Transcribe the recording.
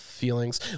feelings